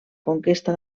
conquesta